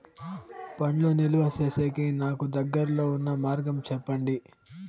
పండ్లు నిలువ సేసేకి నాకు దగ్గర్లో ఉన్న మార్గం చెప్పండి?